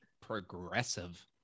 Progressive